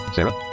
Sarah